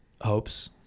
hopes